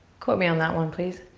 quote me on that one, please.